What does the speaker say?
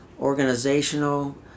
organizational